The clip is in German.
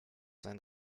sein